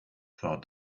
thought